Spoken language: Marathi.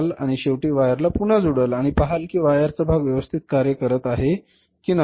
आणि शेवटी वायर ला पुन्हा जोडलं आणि पाहाल कि वायर चा भाग व्यवस्थित कार्य करत आहे कि नाही